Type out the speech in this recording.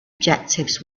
objectives